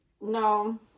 No